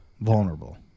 vulnerable